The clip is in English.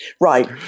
right